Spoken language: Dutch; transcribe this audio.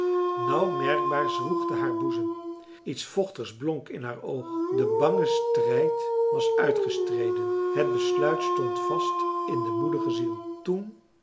nauw merkbaar zwoegde haar boezem iets vochtigs blonk in haar oog de bange strijd was uitgestreden het besluit stond vast in de moedige ziel toen